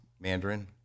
Mandarin